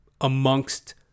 amongst